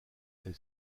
est